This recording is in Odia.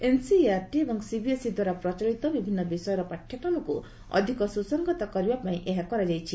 ଏନ୍ସିଆର୍ଟି ଏବଂ ସିବିଏସ୍ଇ ଦ୍ୱାରା ପ୍ରଚଳିତ ବିଭିନ୍ନ ବିଷୟର ପାଠ୍ୟକ୍ରମକୁ ଅଧିକ ସୁସଂହତ କରିବା ପାଇଁ ଏହା କରାଯାଇଛି